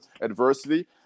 adversity